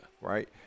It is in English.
right